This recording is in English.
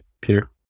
Peter